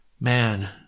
Man